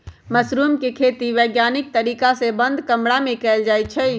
mushroom के खेती वैज्ञानिक तरीका से बंद कमरा में कएल जाई छई